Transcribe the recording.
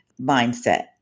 mindset